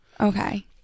okay